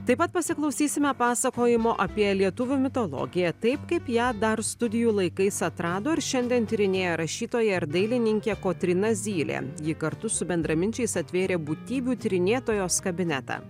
taip pat pasiklausysime pasakojimo apie lietuvių mitologiją taip kaip ją dar studijų laikais atrado ir šiandien tyrinėja rašytoja ir dailininkė kotryna zylė ji kartu su bendraminčiais atvėrė būtybių tyrinėtojos kabinetą